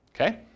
Okay